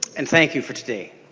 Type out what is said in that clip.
and thank you for today.